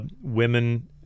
women